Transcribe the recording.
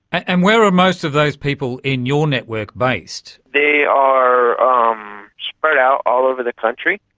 and where are most of those people in your network based? they are um spread out all over the country.